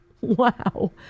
Wow